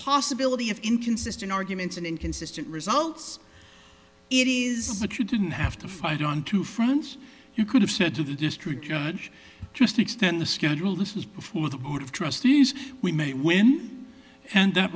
possibility of inconsistent arguments and inconsistent results it is that you didn't have to fight on two fronts you could have said to the district judge just extend the schedule this was before the board of trustees we may win and that